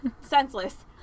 Senseless